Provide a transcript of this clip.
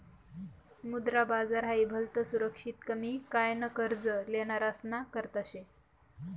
मुद्रा बाजार हाई भलतं सुरक्षित कमी काय न कर्ज लेनारासना करता शे